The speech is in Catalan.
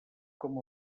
com